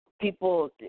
People